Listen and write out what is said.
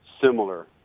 similar